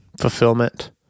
Fulfillment